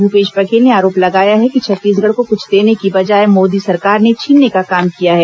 भूपेश बघेल ने आरोप लगाया है कि छत्तीसगढ़ को कुछ देने की बजाय मोदी सरकार ने छीनने का काम किया है